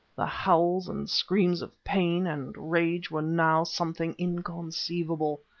the howls and screams of pain and rage were now something inconceivable.